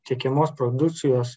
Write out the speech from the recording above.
tiekiamos produkcijos